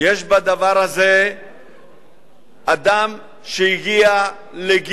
אדם שהגיע לגיל,